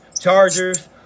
Chargers